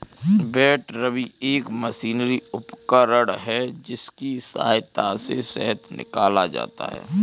बैटरबी एक मशीनी उपकरण है जिसकी सहायता से शहद निकाला जाता है